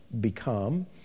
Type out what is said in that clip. become